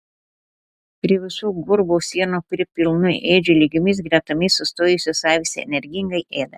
prie visų gurbo sienų prie pilnų ėdžių lygiomis gretomis sustojusios avys energingai ėda